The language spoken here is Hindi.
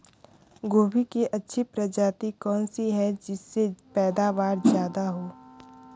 गोभी की अच्छी प्रजाति कौन सी है जिससे पैदावार ज्यादा हो?